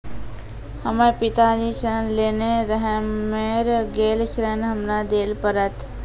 हमर पिताजी ऋण लेने रहे मेर गेल ऋण हमरा देल पड़त?